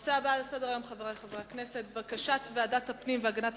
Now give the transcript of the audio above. אנחנו עוברים לנושא הבא שעל סדר-היום: בקשת ועדת הכספים